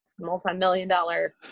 Multi-million-dollar